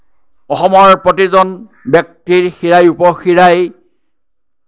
অসমৰ প্ৰতিজন ব্যক্তিৰ শিৰাই উপশিৰাই